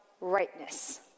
rightness